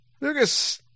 Lucas